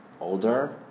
older